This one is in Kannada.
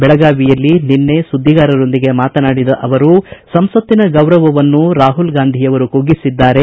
ಬೆಳಗಾವಿಯಲ್ಲಿ ನಿನ್ನೆ ಸುದ್ದಿಗಾರರೊಂದಿಗೆ ಮಾತನಾಡಿದ ಅವರು ಸಂಸತ್ತಿನ ಗೌರವವನ್ನು ರಾಮಲ್ಗಾಂಧಿಯವರು ಕುಗ್ಗಿಸಿದ್ದಾರೆ